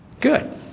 Good